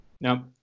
now